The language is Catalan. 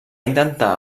intentar